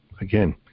again